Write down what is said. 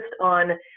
on